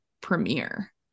premiere